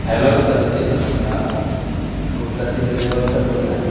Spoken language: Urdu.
ہیلو سر جی نمشکار گپتا جی ٹریول سے بول رہے ہیں